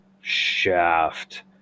shaft